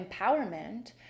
empowerment